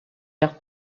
cartes